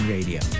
Radio